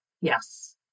yes